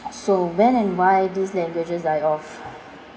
so when and why these languages die off